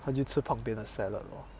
他就吃旁边的 salad lor